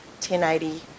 1080